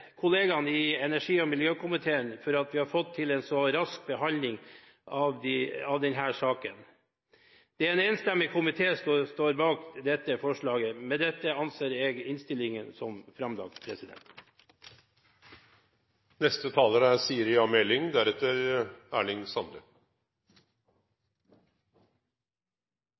kollegene i energi- og miljøkomiteen for at vi har fått til en så rask behandling av denne saken. Det er en enstemmig komité som står bak dette forslaget. Med dette anbefaler jeg innstillingen. Denne proposisjonen er